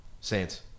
Saints